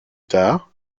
tard